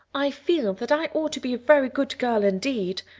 i feel that i ought to be a very good girl indeed.